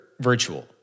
virtual